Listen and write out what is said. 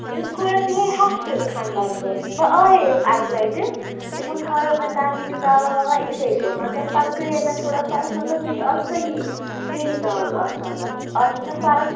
مےٚ حظ گوٚو اَتھ یِہَے ہفتہٕ کھنٛڈ لگ بگ بہٕ آییَس اَکہِ لَٹہِ تِمَو تھٲوِو مےٚ تَمہِ وِزِ دوا ووا یِتھٕے کٔنۍ مگر پتہٕ گٔیے مےٚ تھوڑا فرق مگر مےٚ چھِ اَز صحیح بیٚیہِ دگ اَتھ آسان اَتھ اَز چھِنہٕ مےٚ فرق